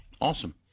Awesome